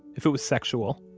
if it was sexual